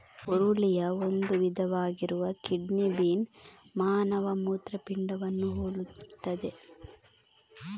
ಹುರುಳಿಯ ಒಂದು ವಿಧವಾಗಿರುವ kidney bean ಮಾನವ ಮೂತ್ರಪಿಂಡವನ್ನು ಹೋಲುತ್ತದೆ